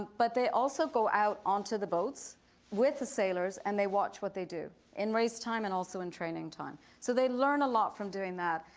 but they also go out onto the boats with the sailors and they watch what they do in race time and also in training time. so they learn a lot from doing that.